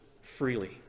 freely